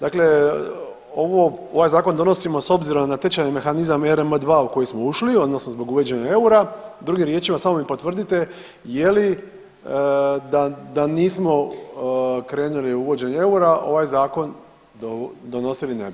Dakle, ovo, ovaj zakon donosimo s obzirom na tečajni mehanizam ERM II u koji smo ušli odnosno zbog uvođenja eura, drugim riječima samo mi potvrdite je li da nismo krenuli u uvođenje eura ovaj zakon donosili ne bi, je li?